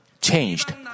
changed